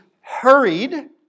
hurried